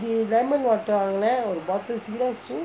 lemon water வாங்கினேன் ஒரு:vanginaen oru bottle syrup so